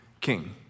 king